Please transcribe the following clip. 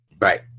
Right